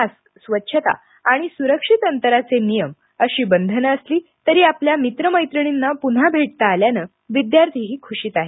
mask स्वच्छता आणि सुरक्षित अंतराचे नियम अशी बंधन असली तरी आपल्या मित्रमैत्रिणींना पुन्हा भेटता आल्यानं विद्यार्थीही ख्शीत आहेत